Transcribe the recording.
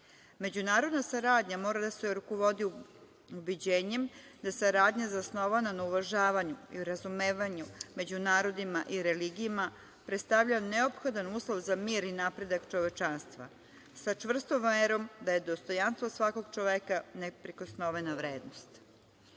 arhiva.Međunarodna saradnja mora da se rukovodi ubeđenjem da saradnja zasnovana na uvažavanju i razumevanju među narodima i religijama predstavlja neophodan uslov za mir i napredak čovečanstva sa čvrstom verom da je dostojanstvo svakog čoveka neprikosnovena vrednost. Planskim